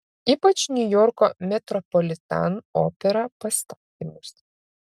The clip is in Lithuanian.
ypač niujorko metropolitan opera pastatymus